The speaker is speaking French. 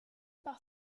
par